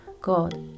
God